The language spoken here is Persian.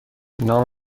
نام